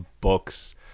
books